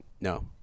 no